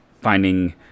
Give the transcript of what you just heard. finding